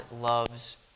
loves